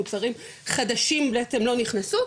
מוצרים חדשים בעצם לא נכנסו,